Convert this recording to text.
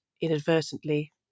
inadvertently